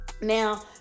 Now